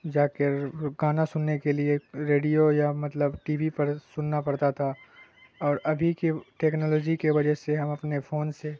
جا کر گانا سننے کے لیے ریڈیو یا مطلب ٹی وی پر سننا پڑتا تھا اور ابھی کے ٹیکنالوجی کے وجہ سے ہم اپنے فون سے